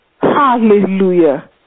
Hallelujah